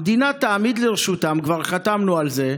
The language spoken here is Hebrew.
המדינה תעמיד לרשותם, כבר חתמנו על זה,